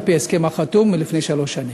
על-פי ההסכם שנחתם לפני שלוש שנים?